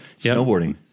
snowboarding